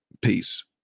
peace